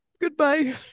Goodbye